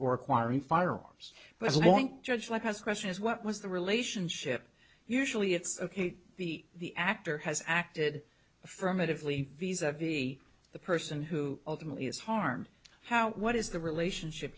or acquiring firearms but one judge like has questions what was the relationship usually it's ok to be the actor has acted affirmatively visa v the person who ultimately is harmed how what is the relationship